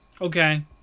Okay